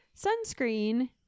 sunscreen